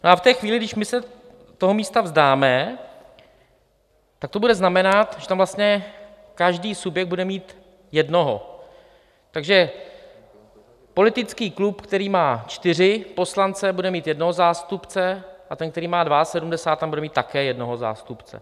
A v té chvíli, kdy my se toho místa vzdáme, tak to bude znamenat, že tam vlastně každý subjekt bude mít jednoho, takže politický klub, který má čtyři poslance, bude mít jednoho zástupce a ten, který má dvaasedmdesát, tam bude mít také jednoho zástupce.